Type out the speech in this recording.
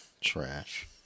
Trash